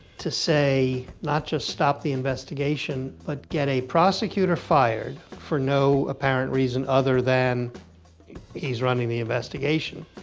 to say not just stop the investigation, but get a prosecutor fired for no apparent reason other than he's running the investigation,